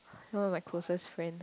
no like closest friend